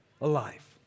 alive